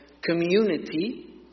community